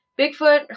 Bigfoot